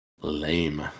Lame